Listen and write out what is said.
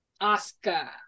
Oscar